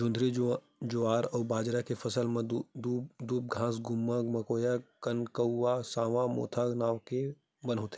जोंधरी, जुवार अउ बाजरा के फसल म दूबघास, गुम्मा, मकोया, कनकउवा, सावां, मोथा नांव के बन होथे